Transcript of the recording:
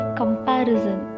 comparison